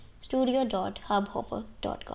studio.hubhopper.com